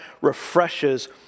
refreshes